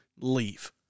Leave